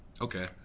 Okay